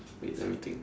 wait let me think